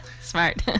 Smart